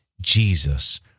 Jesus